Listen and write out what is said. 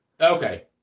Okay